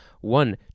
One